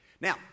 now